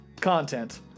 Content